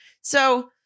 So-